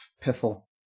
Piffle